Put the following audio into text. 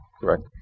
correct